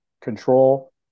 control